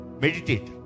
Meditate